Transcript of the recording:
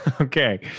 Okay